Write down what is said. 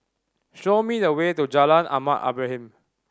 show me the way to Jalan Ahmad Ibrahim